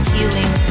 Healing